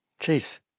Jeez